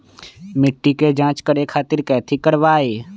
मिट्टी के जाँच करे खातिर कैथी करवाई?